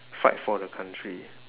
fight for the country